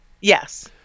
Yes